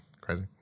crazy